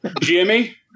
Jimmy